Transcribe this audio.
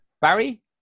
Barry